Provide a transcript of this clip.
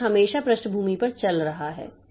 तो कुछ हमेशा पृष्ठभूमि पर चल रहा है